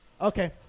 Okay